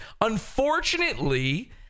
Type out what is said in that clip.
Unfortunately